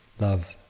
love